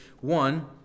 One